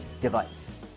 device